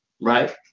Right